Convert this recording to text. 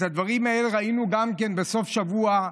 את הדברים האלה ראינו גם כן בסוף השבוע,